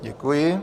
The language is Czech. Děkuji.